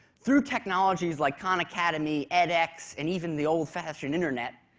through technologies like khan academy, edx, and even the old-fashioned internet,